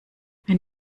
wenn